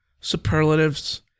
superlatives